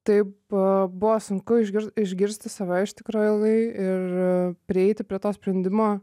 taip buvo sunku išgir išgirsti save iš tikrųjų ilgai ir prieiti prie to sprendimo